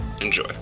Enjoy